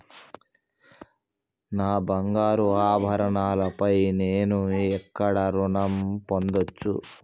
నా బంగారు ఆభరణాలపై నేను ఎక్కడ రుణం పొందచ్చు?